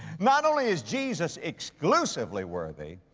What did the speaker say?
not only is jesus exclusively worthy,